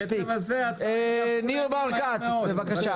ניר ברקת, בבקשה.